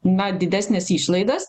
na didesnes išlaidas